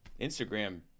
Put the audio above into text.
Instagram